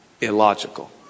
illogical